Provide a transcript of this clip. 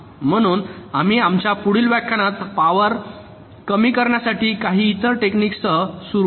म्हणून आम्ही आमच्या पुढील व्याख्यानात पॉवर कमी करण्यासाठी काही इतर टेक्निक सह सुरू ठेवू